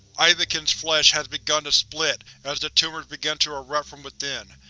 ivakin's flesh has begun to split as the tumors begin to erupt from within.